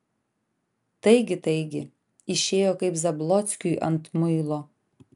taigi taigi išėjo kaip zablockiui ant muilo